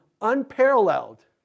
unparalleled